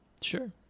sure